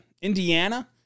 Indiana